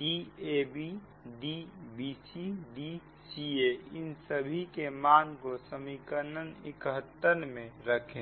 Dab DbcDcaइन सभी के मान को समीकरण 71 में रखें